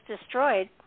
destroyed